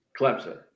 Clemson